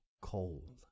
cold